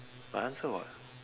my answer [what]